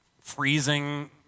freezing